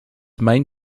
main